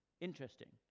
Interesting